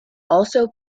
also